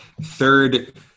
third